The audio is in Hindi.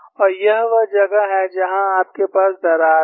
और यह वह जगह है जहां आपके पास दरार है